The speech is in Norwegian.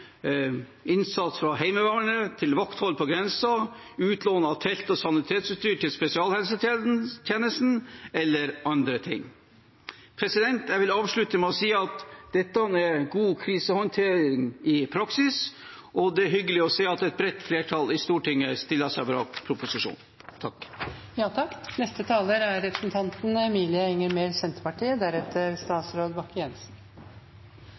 innsats fra Heimevernet, vakthold på grensen, utlån av telt- og sanitetsutstyr til spesialhelsetjenesten eller andre ting. Jeg vil avslutte med å si at dette er god krisehåndtering i praksis, og det er hyggelig å se at et bredt flertall i Stortinget stiller seg bak proposisjonen.